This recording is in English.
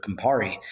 Campari